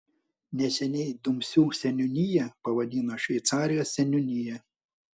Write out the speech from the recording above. neseniai dumsių seniūniją pavadino šveicarijos seniūnija